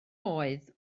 oedd